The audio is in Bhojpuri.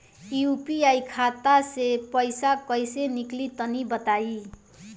यू.पी.आई खाता से पइसा कइसे निकली तनि बताई?